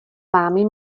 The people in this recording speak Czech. vámi